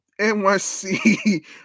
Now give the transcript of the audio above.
NYC